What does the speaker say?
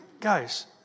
guys